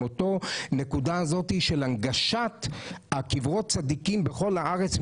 הנקודה הזאת של הנגשת קברות צדיקים בכל הארץ,